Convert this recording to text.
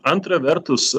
antra vertus